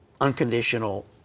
unconditional